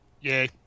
Yay